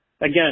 again